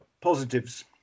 positives